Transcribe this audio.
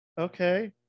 okay